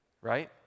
Right